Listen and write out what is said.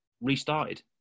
restarted